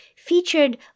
featured